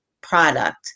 product